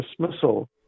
dismissal